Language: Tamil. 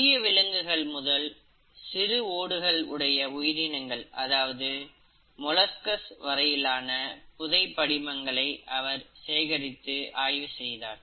பெரிய விலங்குகள் முதல் சிறு ஓட்டுடைய உயிரினங்கள் அதாவது மொலஸ்கஸ் வரையிலான புதைப் படிமங்களை அவர் சேகரித்து ஆய்வு செய்தார்